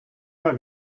mal